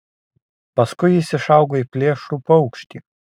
paskui jis išaugo į plėšrų paukštį